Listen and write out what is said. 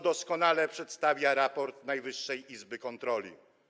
Doskonale przedstawia to raport Najwyższej Izby Kontroli.